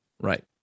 Right